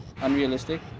unrealistic